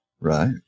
Right